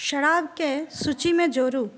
शराबकेँ सूचीमे जोरु